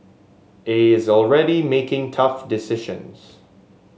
he is already making tough decisions